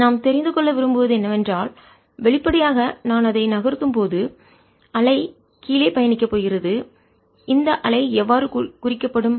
01 sin50t நாம் தெரிந்து கொள்ள விரும்புவது என்னவென்றால் வெளிப்படையாக நான் அதை நகர்த்தும்போது அலை கீழே பயணிக்க போகிறது இந்த அலை எவ்வாறு குறிக்கப்படும்